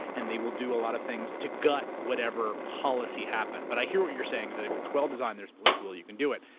and they will do a lot of things to gut whatever policy happened. but i hear what you're saying is that if it's well-designed, there's political will, you can do it.